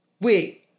Wait